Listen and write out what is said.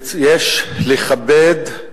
ויש לכבד,